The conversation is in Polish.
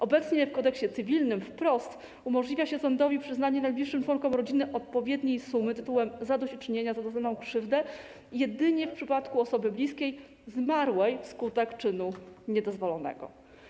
Obecnie w Kodeksie cywilnym wprost umożliwia się sądowi przyznanie najbliższym członkom rodziny odpowiedniej sumy tytułem zadośćuczynienia za doznaną krzywdę jedynie w przypadku osoby bliskiej zmarłej wskutek czynu niedozwolonego.